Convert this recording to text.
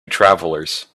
travelers